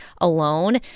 alone